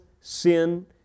sin